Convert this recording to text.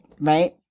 right